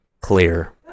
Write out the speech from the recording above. clear